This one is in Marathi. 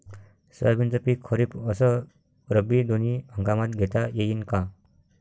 सोयाबीनचं पिक खरीप अस रब्बी दोनी हंगामात घेता येईन का?